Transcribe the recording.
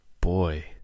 boy